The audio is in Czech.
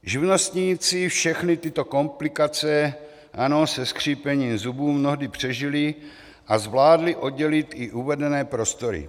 Živnostníci všechny tyto komplikace ano, se skřípěním zubů mnohdy přežili a zvládli oddělit i uvedené prostory.